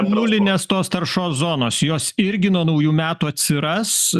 nulinės tos taršos zonos jos irgi nuo naujų metų atsiras